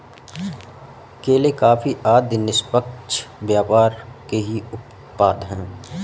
केले, कॉफी आदि निष्पक्ष व्यापार के ही उत्पाद हैं